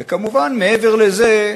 וכמובן, מעבר לזה,